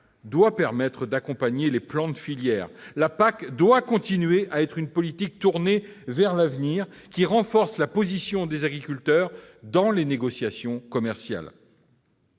doit permettre d'accompagner les plans de filières. Elle doit continuer à être une politique tournée vers l'avenir, qui renforce la position des agriculteurs dans les négociations commerciales.